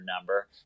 number